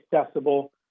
accessible